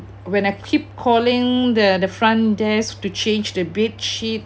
when I keep calling the the front desk to change the bedsheet